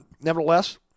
Nevertheless